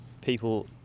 people